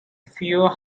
field